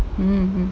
mmhmm